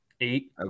Eight